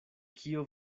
kio